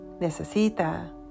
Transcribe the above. necesita